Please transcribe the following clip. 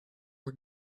are